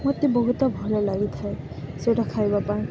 ମୋତେ ବହୁତ ଭଲ ଲାଗିଥାଏ ସେଇଟା ଖାଇବା ପାଇଁ